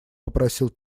попросил